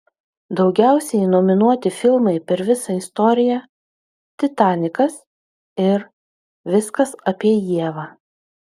daugiausiai nominuoti filmai per visą istoriją titanikas ir viskas apie ievą